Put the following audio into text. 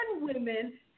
women